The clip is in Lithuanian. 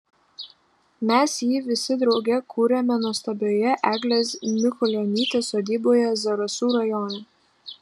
mes jį visi drauge kūrėme nuostabioje eglės mikulionytės sodyboje zarasų rajone